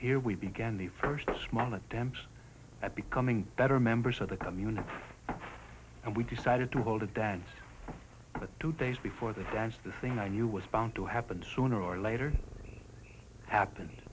here we began the first small attempts at becoming better members of the community and we decided to hold a dance the two days before the dance the thing i knew was bound to happen sooner or later happened